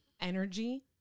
energy